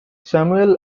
samuel